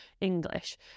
English